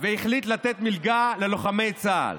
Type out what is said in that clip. והחליט לתת מלגה ללוחמי צה"ל.